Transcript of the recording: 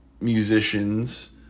musicians